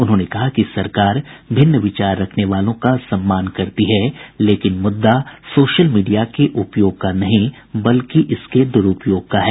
उन्होंने कहा कि सरकार भिन्न विचार रखने वालों का सम्मान करती है लेकिन मुद्दा सोशल मीडिया के उपयोग का नहीं है बल्कि इसके द्रूपयोग का है